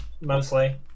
mostly